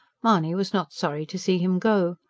mahony was not sorry to see him go.